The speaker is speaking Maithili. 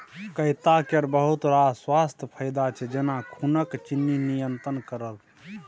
कैता केर बहुत रास स्वास्थ्य फाएदा छै जेना खुनक चिन्नी नियंत्रण करब